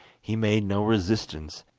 he made no resistance,